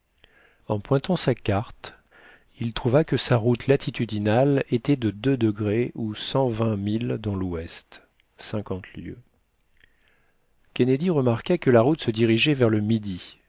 en pointant sa carte il trouva que sa route latitudinale était de deux degrés ou cent vingt milles dans l'ouest kennedy remarqua que la route se dirigeait vers le midi